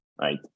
right